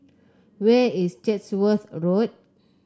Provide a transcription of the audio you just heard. where is Chatsworth Road